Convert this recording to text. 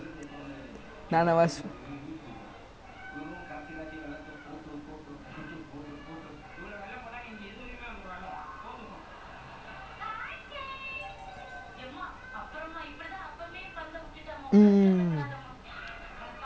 ya like actually I'm அப்ப வந்து:appe vanthu like ரெண்டு வருஷமா:rendu varushamaa like முன்னாடிலா:munnaadilaa like வெளில வாங்க:velila vaanga then now I just I don't know whether lazy or err I don't know lah then like போன:pona two years like I think I legit my parents keep asking I never buy anything like any clothes for myself